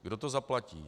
Kdo to zaplatí?